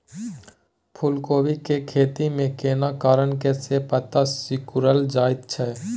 फूलकोबी के खेती में केना कारण से पत्ता सिकुरल जाईत छै?